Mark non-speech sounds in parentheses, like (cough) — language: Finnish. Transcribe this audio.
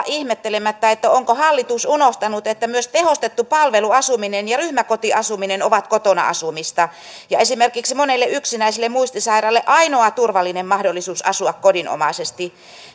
(unintelligible) ihmettelemättä onko hallitus unohtanut että myös tehostettu palveluasuminen ja ryhmäkotiasuminen ovat kotona asumista ja esimerkiksi monelle yksinäiselle muistisairaalle ainoa turvallinen mahdollisuus asua kodinomaisesti